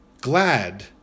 Glad